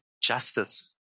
justice